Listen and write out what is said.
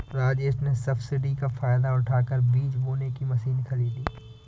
राजेश ने सब्सिडी का फायदा उठाकर बीज बोने की मशीन खरीदी